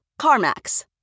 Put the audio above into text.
CarMax